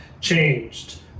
changed